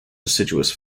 deciduous